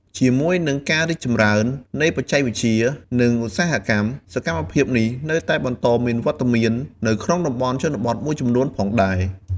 ជាមួយនឹងការរីកចម្រើននៃបច្ចេកវិទ្យា និងឧស្សាហកម្ម សកម្មភាពនេះនៅតែបន្តមានវត្តមាននៅក្នុងតំបន់ជនបទមួយចំនួនផងដែរ។